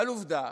אבל עובדה